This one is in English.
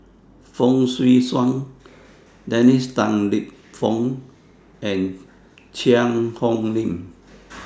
Fong Swee Suan Dennis Tan Lip Fong and Cheang Hong Lim